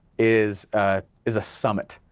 is is a summit,